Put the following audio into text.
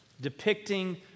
depicting